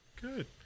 good